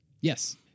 Yes